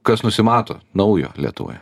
kas nusimato naujo lietuvoje